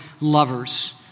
lovers